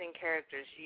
characters